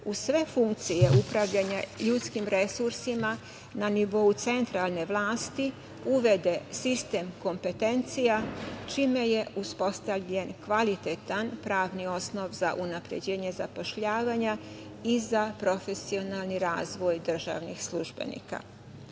u sve funkcije upravljanja ljudskim resursima na nivou centralne vlasti uvede sistem kompetencija, čime je uspostavljen kvalitetan pravni osnov za unapređenje zapošljavanja i za profesionalni razvoj državnih službenika. Imajući